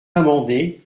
amendé